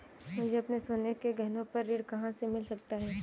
मुझे अपने सोने के गहनों पर ऋण कहाँ से मिल सकता है?